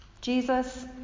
Jesus